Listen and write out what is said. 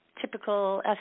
typical